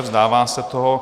Vzdává se toho.